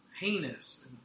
heinous